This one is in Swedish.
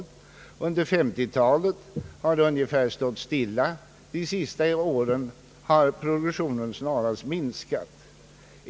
Under 1950-talet har produktionen ungefär stått stilla och under de senaste åren har produktionen något minskat.